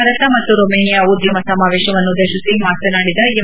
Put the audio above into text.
ಭಾರತ ಮತ್ತು ರೊಮೇನಿಯಾ ಉದ್ಯಮ ಸಮಾವೇಶವನ್ನುದ್ದೇಶಿ ಮಾತನಾಡಿದ ಎಂ